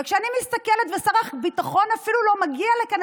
אבל כשאני מסתכלת ושר הביטחון אפילו לא מגיע לכאן,